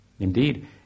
Indeed